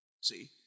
See